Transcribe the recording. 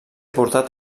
portat